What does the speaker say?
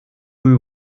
rue